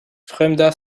fremda